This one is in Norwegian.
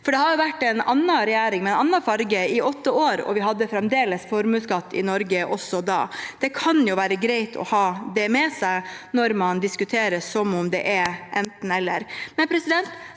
for det har vært en annen regjering med en annen farge i åtte år, og vi hadde formuesskatt i Norge da også. Det kan være greit å ha det med seg når man diskuterer som om det er enten–eller.